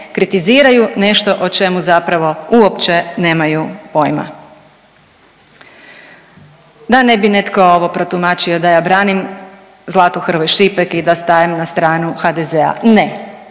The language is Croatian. kritiziraju nešto o čemu zapravo uopće nemaju pojma. Da ne bi netko ovo protumačio da ja branim Zlatu Hrvoj Šipek i da stajem na stranu HDZ-a, ne.